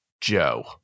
joe